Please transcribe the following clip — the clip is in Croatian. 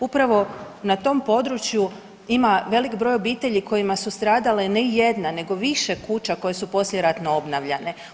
Upravo na tom području ima veliki broj obitelji kojima su stradale ne jedna nego više kuće koje su poslijeratno obnavljane.